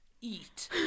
eat